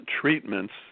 treatments